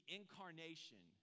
incarnation